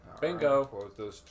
Bingo